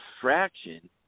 fraction